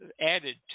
added